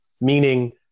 Meaning